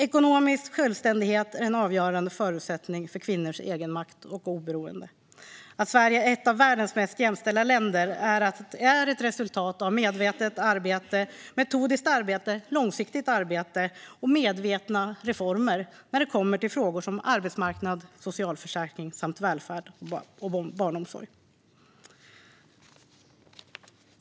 Ekonomisk självständighet är en avgörande förutsättning för kvinnors egenmakt och oberoende. Att Sverige är ett av världens mest jämställda länder är ett resultat av medvetet, metodiskt och långsiktigt arbete samt medvetna reformer när det gäller frågor som arbetsmarknad, socialförsäkringar, välfärd och barnomsorg.